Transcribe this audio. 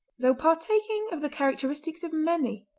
though partaking of the characteristics of many.